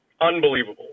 unbelievable